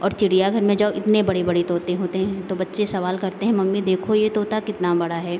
और चिड़ियाघर में जाओ इतने बड़े बड़े तोते हैं तो बच्चे सवाल करते हैं मम्मी देखो ये तोता कितना बड़ा है